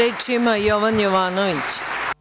Reč ima Jovan Jovanović.